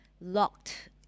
locked